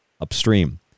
upstream